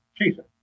Jesus